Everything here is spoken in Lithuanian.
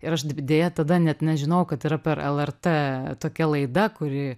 ir aš deja tada net nežinojau kad yra per lrt tokia laida kuri